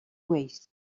waste